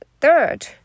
third